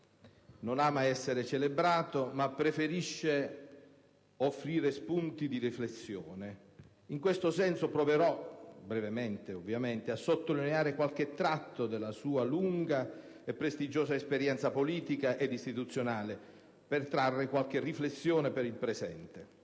Non ama essere celebrato, ma preferisce offrire spunti di riflessione. In questo senso proverò brevemente a sottolineare qualche tratto della sua lunga e prestigiosa esperienza politica ed istituzionale per trarre qualche riflessione per il presente.